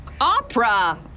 Opera